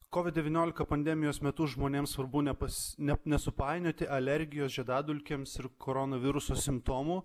covid devyniolika pandemijos metu žmonėms svarbu nepas ne nesupainioti alergijos žiedadulkėms ir koronaviruso simptomų